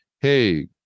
hey